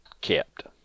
kept